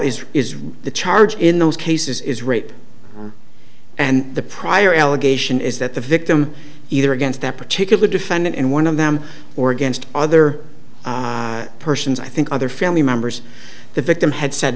read the charge in those cases is rape and the prior allegation is that the victim either against that particular defendant in one of them or against other persons i think other family members the victim had said